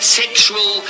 sexual